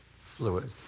fluid